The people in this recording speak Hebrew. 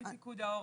אני פיקוד העורף.